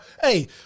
Hey